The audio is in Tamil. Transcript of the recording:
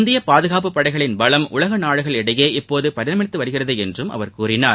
இந்திய பாதுகாப்புப் படைகளின் பலம் உலகநாடுகள் இடையே இப்போது பரிமளித்து வருகிறது என்றும் அவர் கூறினார்